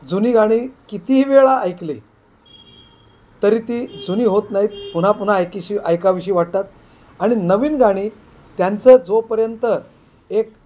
जुनी गाणी कितीही वेळा ऐकली तरी ती जुनी होत नाहीत पुन्हा पुन्हा ऐकीशी ऐकावीशी वाटतात आणि नवीन गाणी त्यांचा जोपर्यंत एक